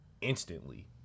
Instantly